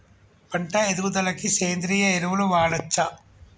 పంట ఎదుగుదలకి సేంద్రీయ ఎరువులు వాడచ్చా?